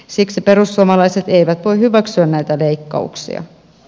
siksi perussuomalaiset eivät voi hyväksyä näitä leikkauksia